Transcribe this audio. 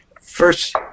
First